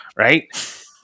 Right